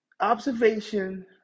observation